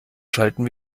schalten